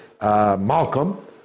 Malcolm